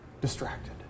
distracted